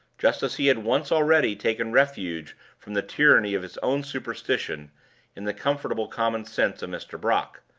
just as he had once already taken refuge from the tyranny of his own superstition in the comfortable common sense of mr. brock,